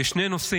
יש שני נושאים